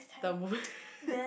the movie